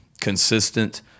consistent